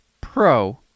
Pro